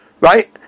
Right